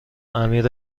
امیر